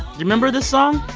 you remember this song?